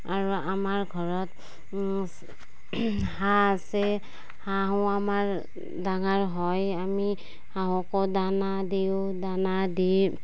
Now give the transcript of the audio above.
আৰু আমাৰ ঘৰত হাঁহ আছে হাঁহো আমাৰ ডাঙৰ হয় আমি হাঁহকো দানা দিওঁ দানা দি